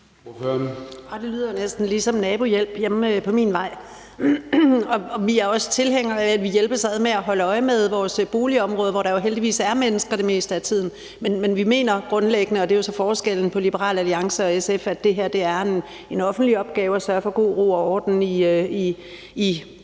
det lyder jo næsten ligesom nabohjælp hjemme på min vej, og vi er også tilhængere af, at vi hjælpes ad med at holde øje med vores boligområde, hvor der jo heldigvis også er mennesker det meste af tiden. Men vi mener grundlæggende – og det er jo så forskellen på Liberal Alliance og SF – at det er en offentlig opgave at sørge for god ro og orden både